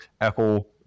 Apple